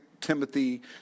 Timothy